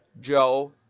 Joe